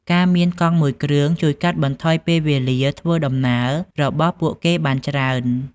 ការមានកង់មួយគ្រឿងជួយកាត់បន្ថយពេលវេលាធ្វើដំណើររបស់ពួកគេបានច្រើន។